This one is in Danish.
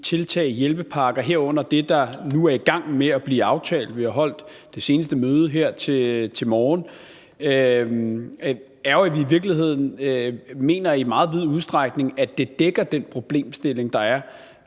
tiltag og hjælpepakker, herunder det, der nu er i gang med at blive aftalt – vi har holdt det seneste møde her til morgen – i meget vid udstrækning dækker den problemstilling, der er,